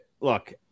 look